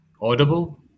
audible